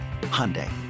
Hyundai